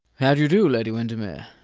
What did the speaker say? how do you do, lady windermere?